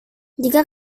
jika